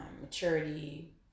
maturity